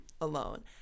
alone